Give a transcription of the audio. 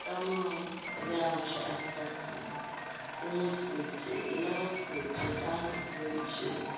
تَمام میٚوٕ چھُ اَسہِ تَتھ مَنٛز ژوٗنٛٹھۍ کُلۍ چھِ گِلاس کُلۍ چھِ ٹَنٛگہٕ کُلۍ چھِ